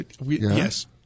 Yes